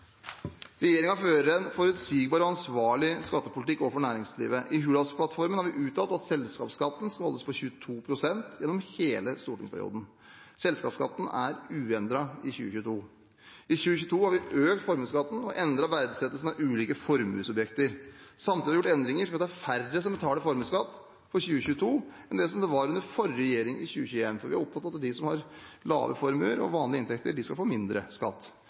fører en forutsigbar og ansvarlig skattepolitikk overfor næringslivet. I Hurdalsplattformen har vi uttalt at selskapsskatten skal holdes på 22 pst. gjennom hele stortingsperioden. Selskapsskattesatsen er uendret i 2022. I 2022 har vi økt formuesskatten og endret verdsettelsen av ulike formuesobjekter. Samtidig har vi gjort endringer som gjør at det er færre som betaler formueskatt for 2022 enn det var under forrige regjering i 2021 – for vi er opptatt av at de som har lave formuer og vanlige inntekter, skal få mindre skatt.